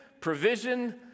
provision